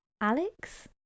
alex